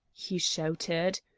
he shouted.